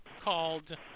called